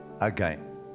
again